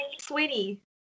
sweetie